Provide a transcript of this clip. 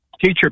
teacher